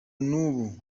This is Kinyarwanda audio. n’ubu